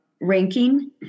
ranking